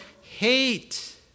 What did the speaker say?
hate